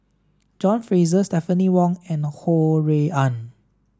John Fraser Stephanie Wong and Ho Rui An